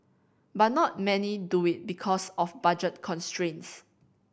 but not many do it because of budget constraints